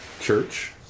church